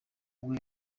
ubwo